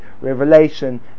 revelation